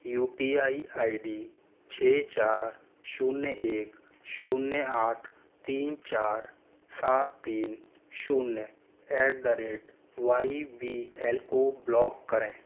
you P I I D छः चार शून्य एक शून्य आठ तीन चार सात तीन शून्य at the rate Y B L को ब्लॉक करें